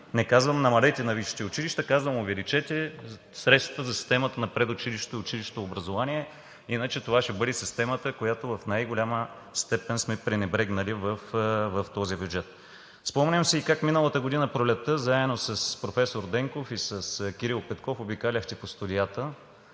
не казвам: намалете средствата на висшите училища, казвам: увеличете средствата за системата на предучилищното и училищното образование, иначе това ще бъде системата, която в най голяма степен сме пренебрегнали в този бюджет. Спомням си и как миналата година през пролетта заедно с професор Денков и с Кирил Петков обикаляхте по студията